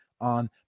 on